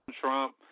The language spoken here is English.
Trump